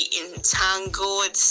entangled